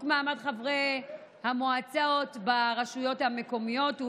מעמד חברי המועצות ברשויות המקומיות,